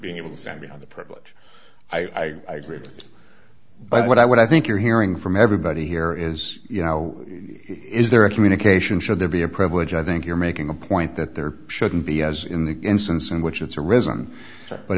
being able to send me on the privilege i agree but what i what i think you're hearing from everybody here is you know is there a communication should there be a privilege i think you're making a point that there shouldn't be as in the instance in which it's arisen but